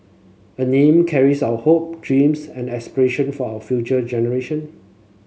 a name carries our hope dreams and aspiration for our future generation